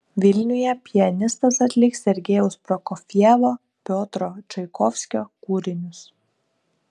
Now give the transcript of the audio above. vilniuje pianistas atliks sergejaus prokofjevo piotro čaikovskio kūrinius